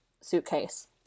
suitcase